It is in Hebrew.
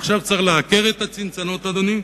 עכשיו צריך לעקר את הצנצנות, אדוני.